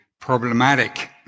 problematic